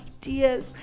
ideas